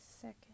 second